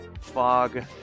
fog